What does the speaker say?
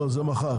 לא זה מחר,